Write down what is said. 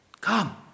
come